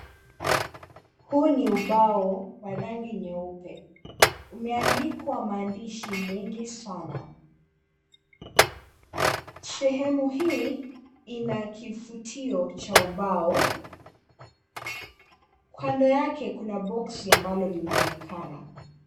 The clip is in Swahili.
Huu ni ubao wa rangi nyeupe umeandikwa maandishi mengi sana. Sehemu hii ina kifutio cha ubao, kando yake kuna boksi ambalo linaonekana.